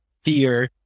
fear